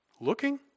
Looking